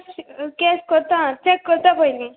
check कोरता check कोरता पयलीं